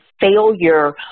failure